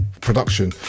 production